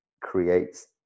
creates